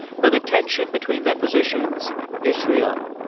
but the tension between their positions is real.